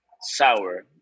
sour